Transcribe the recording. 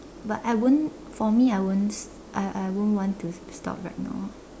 but I won't for me I won't I I won't want to stop right now